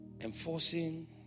Enforcing